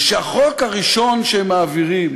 והחוק הראשון שהם מעבירים